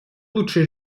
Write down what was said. лучшей